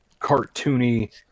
cartoony